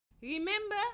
Remember